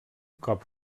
cop